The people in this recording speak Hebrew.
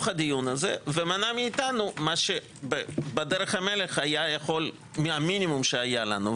הדיון הזה ומנע מאתנו מה שבדרך המלך היה יכול - המינימום שהיה לנו.